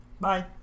Bye